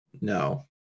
No